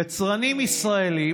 יצרנים ישראלים